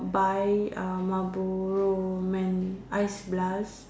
buy uh Marlboro men~ uh ice blast